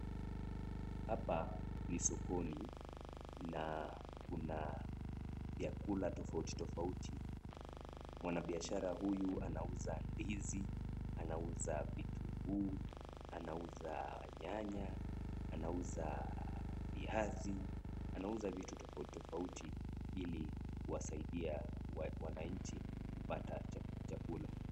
Hapa ni sokoni na kuna vyakula tofauti tofauti. Mwanabiashara huyu anauza ndizi, anauza vitunguu, anauza nyanya, anauza viazi, anauza vitu tofauti tofauti ili kuwasaidia wananchi kupata chakula.